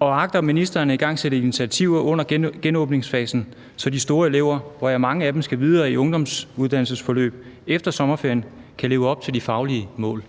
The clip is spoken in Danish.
og agter ministeren at igangsætte initiativer under genåbningsfasen, så de store elever, hvoraf mange skal videre i deres uddannelsesforløb efter sommerferien, kan leve op til de faglige mål?